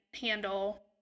handle